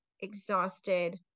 exhausted